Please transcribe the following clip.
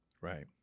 Right